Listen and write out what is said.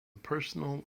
personal